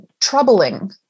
troubling